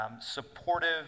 supportive